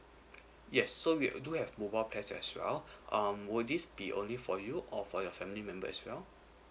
yes so we do have mobile plans as well um would this be only for you or for your family member as well